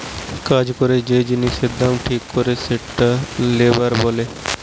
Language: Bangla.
কাজ করে যে জিনিসের দাম ঠিক করে সেটা লেবার চেক